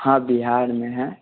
हाँ बिहार में है